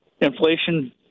Inflation